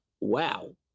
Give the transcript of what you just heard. Wow